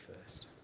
first